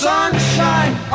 sunshine